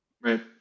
right